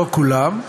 לא כולם,